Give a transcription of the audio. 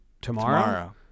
Tomorrow